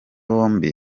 bombi